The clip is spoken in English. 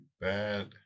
bad